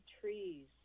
trees